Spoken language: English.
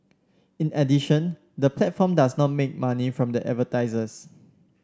in addition the platform does not make money from the advertisers